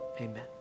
amen